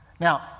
Now